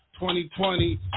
2020